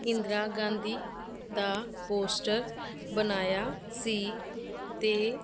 ਇੰਦਰਾ ਗਾਂਧੀ ਦਾ ਪੋਸਟਰ ਬਣਾਇਆ ਸੀ ਅਤੇ